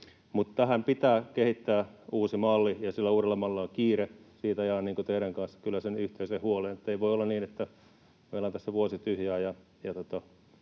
Tähän pitää kehittää uusi malli, ja sillä uudella mallilla on kiire, siitä jaan teidän kanssanne kyllä sen yhteisen huolen, ettei voi olla niin, että meillä on tässä vuosi tyhjää